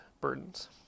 burdens